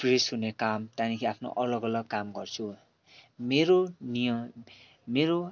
fresh हुने काम त्यहाँदेखि आफ्नो अलग अलग काम गर्छु मेरो नियम मेरो